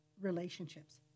relationships